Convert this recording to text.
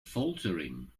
faltering